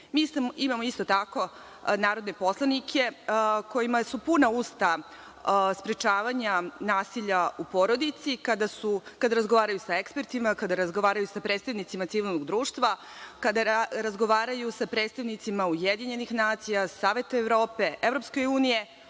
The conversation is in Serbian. Imamo isto tako narodne poslanike kojima su puna usta sprečavanja nasilja u porodici kada razgovaraju sa ekspertima, kada razgovaraju sa predstavnicima civilnog društva, kada razgovaraju sa predstavnicima UN, Saveta Evrope, EU. Oni